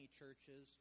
churches